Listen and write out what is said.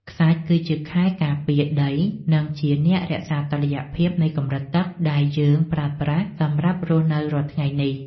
ខ្សាច់គឺជាខែលការពារដី និងជាអ្នករក្សាតុល្យភាពនៃកម្រិតទឹកដែលយើងប្រើប្រាស់សម្រាប់រស់នៅរាល់ថ្ងៃនេះ។